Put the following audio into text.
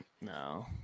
No